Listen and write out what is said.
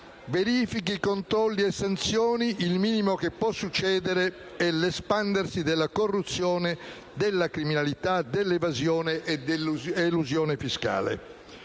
verifichi, controlli e sanzioni, il minimo che può succedere è l'espandersi della corruzione, dalla criminalità, dell'evasione e dell'elusione fiscale.